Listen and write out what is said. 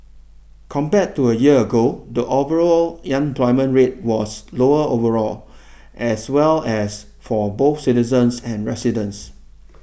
compared to a year ago the overall young employment rate was lower overall as well as for both citizens and residents